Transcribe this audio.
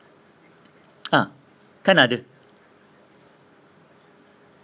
ah kan ada